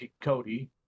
Cody